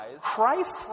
Christ